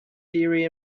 theory